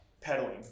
pedaling